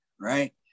right